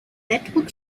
network